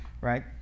Right